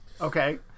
Okay